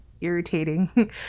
irritating